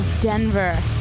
Denver